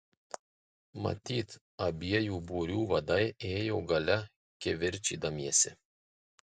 matyt abiejų būrių vadai ėjo gale kivirčydamiesi